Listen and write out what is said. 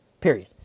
period